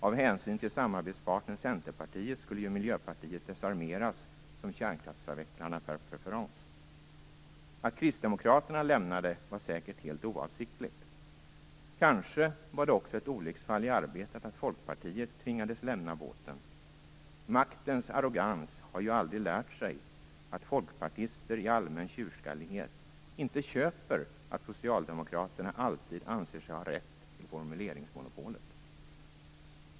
Av hänsyn till samarbetspartnern Centerpartiet skulle Miljöpartiet desarmeras som kärnkraftsavvecklarna par preferens. Att Kristdemokraterna lämnade var säkert helt oavsiktligt. Kanske var det också ett olycksfall i arbetet att Folkpartiet tvingades lämnade båten. Maktens arrognas har ju aldrig lärt sig att folkpartister i allmän tjurskallighet inte köper att socialdemokratin alltid anser sig ha rätt till formuleringsmonopolet.